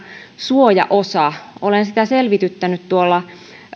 suojaosaa olen sitä selvityttänyt tuolla